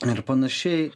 ir panašiai